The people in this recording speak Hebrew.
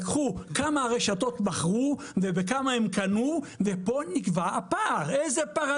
לקחו כמה רשתות מכרו ובכמה הם קנו ופה נקבע הפער,